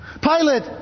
Pilate